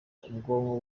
ubwonko